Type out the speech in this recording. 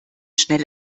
schnell